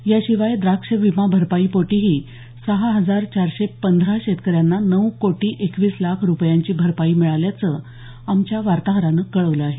याशिवाय द्राक्ष विमा भरपाईपोटीही सहा हजार चारशे पंधरा शेतकऱ्यांना नऊ कोटी एकवीस लाख रुपयांची भरपाई मिळाल्याचं आमच्या वार्ताहरानं कळवलं आहे